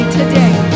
today